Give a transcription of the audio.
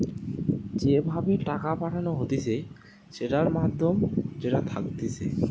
যে ভাবে টাকা পাঠানো হতিছে সেটার মাধ্যম যেটা থাকতিছে